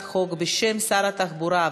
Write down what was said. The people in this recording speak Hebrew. ומוחזרת לוועדת החוקה,